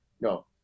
no